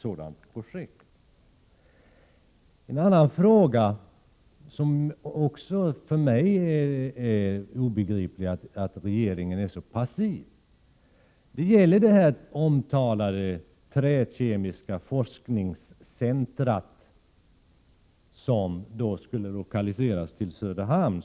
Vidare är regeringens passivitet för mig obegriplig när det gäller det omtalade trä-kemiska forskningscentrats lokalisering till Söderhamn.